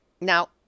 Now